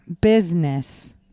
business